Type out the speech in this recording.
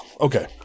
Okay